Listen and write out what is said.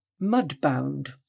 Mudbound